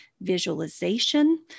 visualization